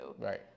Right